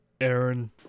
Aaron